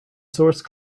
source